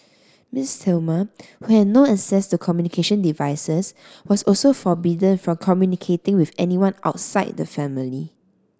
Miss Thelma who had no access to communication devices was also forbidden from communicating with anyone outside the family